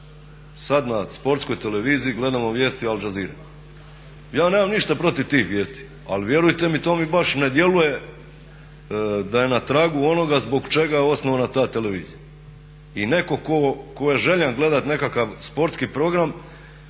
Sad na Sportskoj televiziji gledamo vijesti Al Jazeere. Ja nemam ništa protiv tih vijesti, ali vjerujte mi to mi baš ne djeluje da je na tragu onoga zbog čega je osnovana ta televizija. I netko tko je željan gledat nekakav sportski program